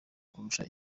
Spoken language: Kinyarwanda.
kurusha